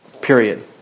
Period